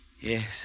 Yes